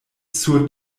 sur